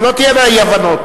שלא תהיינה אי-הבנות.